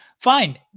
fine